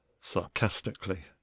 sarcastically